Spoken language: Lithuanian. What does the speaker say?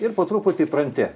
ir po truputį įpranti